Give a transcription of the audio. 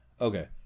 okay